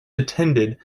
attended